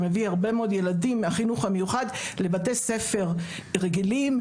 שמביא הרבה מאוד ילדים מהחינוך המיוחד לבתי ספר רגילים.